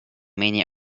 many